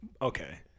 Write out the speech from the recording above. Okay